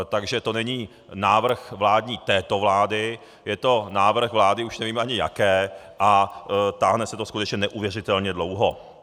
Takže to není návrh této vlády, je to návrh vlády, už nevím ani jaké, a táhne se to skutečně neuvěřitelně dlouho.